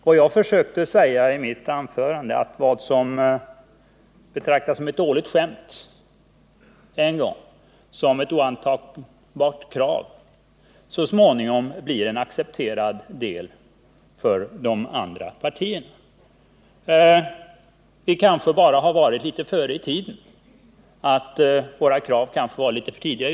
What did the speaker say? Vad jag försökte säga i mitt anförande var att det som vid ett tillfälle läggs fram av ett parti och som då betraktas som ett dåligt skämt eller som ett oantagbart krav, så småningom kan komma att i stort accepteras av de andra partierna. Det kanske bara är så att vi legat litet före i tiden, att vi varit för tidigt ute med våra krav.